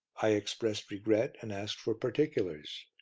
i expressed regret, and asked for particulars.